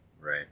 Right